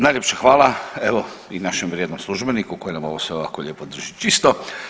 Najljepša hvala evo i našem vrijednom službeniku koji nam sve ovako lijepo drži čisto.